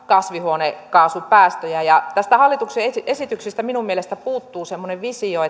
kasvihuonekaasupäästöjä tästä hallituksen esityksestä minun mielestäni puuttuu semmoinen visio